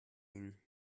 ihn